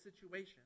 situation